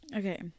Okay